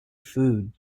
food